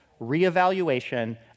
reevaluation